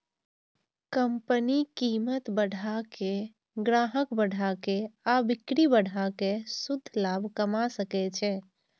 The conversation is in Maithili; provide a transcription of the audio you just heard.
कंपनी कीमत बढ़ा के, ग्राहक बढ़ा के आ बिक्री बढ़ा कें शुद्ध लाभ कमा सकै छै